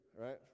right